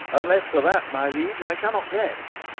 unless for that, my liege, i cannot guess.